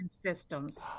systems